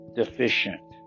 deficient